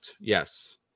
yes